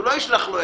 אתה לא תגיד לו: